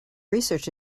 research